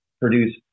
produce